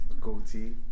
Goatee